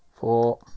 Four